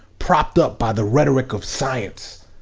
propped up by the rhetoric of science,